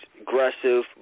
Aggressive